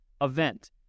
event